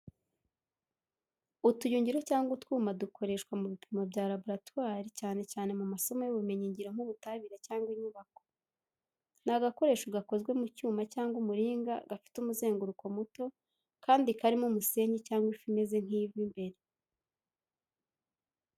Utuyungiro cyangwa utwuma dukoreshwa mu bipimo bya laboratoire cyane cyane mu masomo y’ubumenyi ngiro nk'ubutabire cyangwa inyubako. Ni agakoresho gakozwe mu cyuma cyangwa umuringa gafite umuzenguruko muto kandi kirimo umusenyi cyangwa ifu imeze nk'ivu imbere.